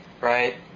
right